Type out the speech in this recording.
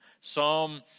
Psalm